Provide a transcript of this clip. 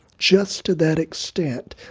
just to that extent.